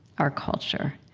our culture,